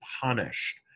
punished